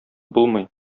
булмый